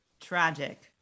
tragic